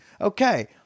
Okay